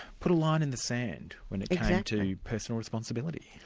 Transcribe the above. put a line in the sand when it came to personal responsibility?